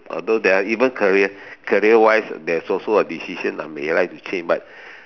although there are even career career wise there is also a decision I may like to change but